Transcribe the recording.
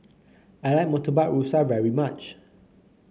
I like Murtabak Rusa very much